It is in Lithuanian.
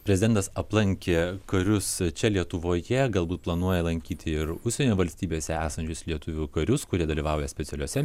prezidentas aplankė karius čia lietuvoj jie galbūt planuoja lankyti ir užsienio valstybėse esančius lietuvių karius kurie dalyvauja specialiose